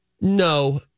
No